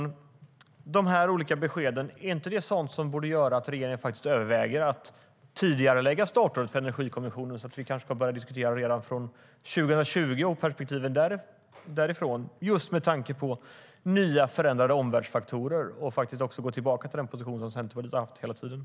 Är inte dessa olika besked något som borde göra att regeringen överväger att tidigarelägga startåret för Energikommissionen, så att vi kan börja diskutera situationen redan från 2020 och perspektiven därifrån, just med tanke på nya, förändrade omvärldsfaktorer, och faktiskt gå tillbaka till den position som Centerpartiet har haft hela tiden?